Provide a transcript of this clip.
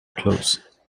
close